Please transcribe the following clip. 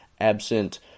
absent